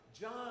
John